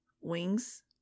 wings